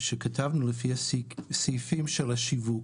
כתבנו לפי הסעיפים של השיווק